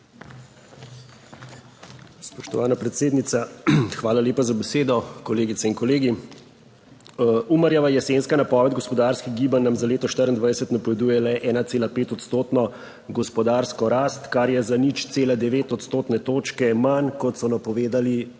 hvala lepa za besedo. Kolegice in kolegi! Umarjeva jesenska napoved gospodarskih gibanj nam za leto 2024 napoveduje le 1,5 odstotno gospodarsko rast, kar je za 0,9 odstotne točke manj, kot so napovedali